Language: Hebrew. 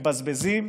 מבזבזים,